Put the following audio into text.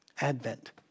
Advent